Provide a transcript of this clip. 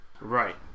Right